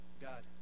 God